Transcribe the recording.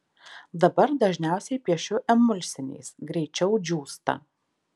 dabar dažniausiai piešiu emulsiniais greičiau džiūsta